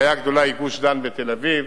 הבעיה הגדולה היא גוש-דן ותל-אביב,